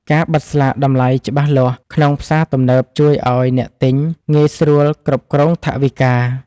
ការបិទស្លាកតម្លៃច្បាស់លាស់ក្នុងផ្សារទំនើបជួយឱ្យអ្នកទិញងាយស្រួលគ្រប់គ្រងថវិកា។